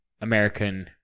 American